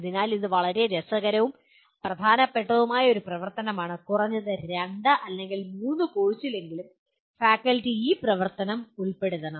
അതിനാൽ ഇത് വളരെ രസകരവും പ്രധാനപ്പെട്ടതുമായ ഒരു പ്രവർത്തനമാണ് കുറഞ്ഞത് 2 അല്ലെങ്കിൽ 3 കോഴ്സുകളിലെങ്കിലും ഫാക്കൽറ്റി ഈ പ്രവർത്തനം ഉൾപ്പെടുത്തണം